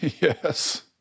Yes